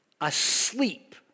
asleep